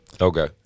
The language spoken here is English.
Okay